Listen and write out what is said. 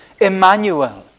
Emmanuel